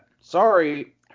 sorry